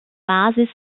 basis